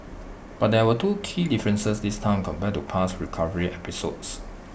but there were two key differences this time compared to past recovery episodes